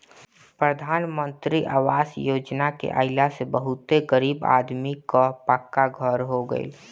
प्रधान मंत्री आवास योजना के आइला से बहुते गरीब आदमी कअ पक्का घर हो गइल